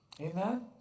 Amen